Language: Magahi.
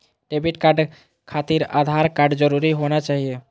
डेबिट कार्ड खातिर आधार कार्ड जरूरी होना चाहिए?